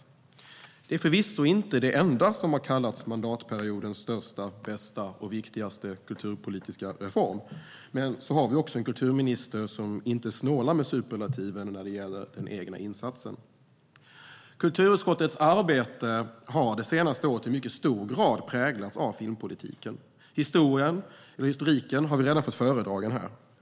Detta är förvisso inte det enda som har kallats mandatperiodens största, bästa och viktigaste kulturpolitiska reform, men så har vi ju också en kulturminister som inte snålar med superlativen när det gäller den egna insatsen. Kulturutskottets arbete har det senaste året i mycket hög grad präglats av filmpolitiken. Historiken har vi redan fått föredragen här.